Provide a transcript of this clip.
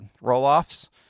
roll-offs